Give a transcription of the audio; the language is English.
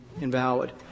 invalid